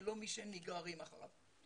ולא כמי שנגררים אחריו.